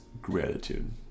gratitude